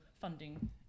funding